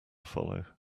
follow